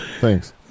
Thanks